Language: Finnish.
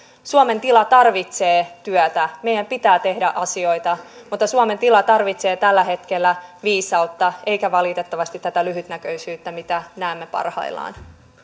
suomen tila tarvitsee työtä meidän pitää tehdä asioita mutta suomen tila tarvitsee tällä hetkellä viisautta eikä valitettavasti tätä lyhytnäköisyyttä mitä näemme parhaillaan